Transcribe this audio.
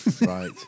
Right